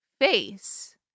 face